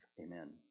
Amen